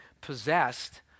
possessed